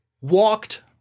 walked